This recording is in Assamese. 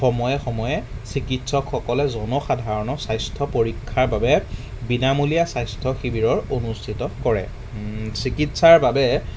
সময় সময়ে চিকিৎসকসকলে জনসাধাৰণৰ স্বাস্থ্য পৰীক্ষাৰ বাবে বিনামূলীয়া স্বাস্থ্য শিবিৰৰ অনুষ্ঠিত কৰে চিকিৎসাৰ বাবে